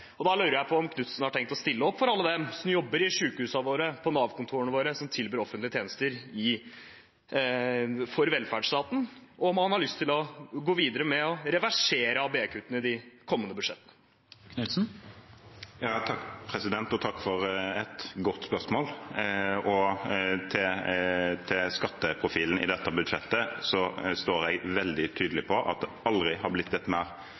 og da lurer jeg på om Knutsen har tenkt å stille opp for alle dem som jobber i sykehusene og på Nav-kontorene våre, som tilbyr offentlige tjenester for velferdsstaten, og om han har lyst til å gå videre med å reversere ABE-kuttene i de kommende budsjettene. Takk for et godt spørsmål. Når det gjelder skatteprofilen i dette budsjettet, står jeg veldig tydelig på at det aldri har blitt gjort et mer